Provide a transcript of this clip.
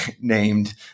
named